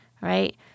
Right